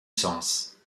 sens